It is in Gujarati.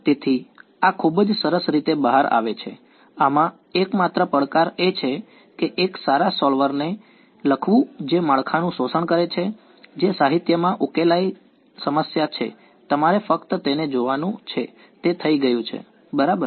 તેથી આ ખૂબ જ સરસ રીતે બહાર આવે છે આમાં એકમાત્ર પડકાર એ છે કે એક સારા સોલ્વરને લખવું જે માળખાનું શોષણ કરે છે જે સાહિત્યમાં ઉકેલાયેલ સમસ્યા છે તમારે ફક્ત તેને જોવાનું છે તે થઈ ગયું છે બરાબર